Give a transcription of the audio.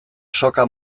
soka